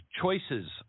choices